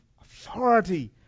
authority